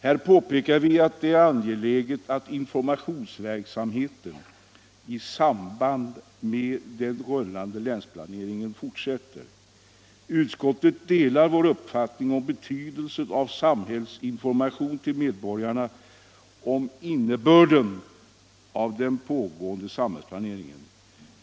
Vi påpekar att det är angeläget att informationsverksamheten i samband med den rullande länsplaneringen fortsätter. Utskottet delar vår uppfattning om betydelsen av samhällsinformation till medborgarna om innebörden av den pågående samhällsplaneringen.